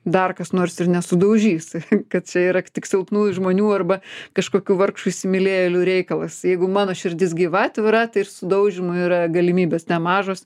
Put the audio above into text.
dar kas nors ir nesudaužys kad čia yra tik silpnųjų žmonių arba kažkokių vargšų įsimylėjėlių reikalas jeigu mano širdis gyva atvira tai ir sudaužymų yra galimybės nemažos